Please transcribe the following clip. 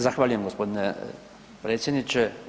Zahvaljujem gospodine predsjedniče.